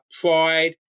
pride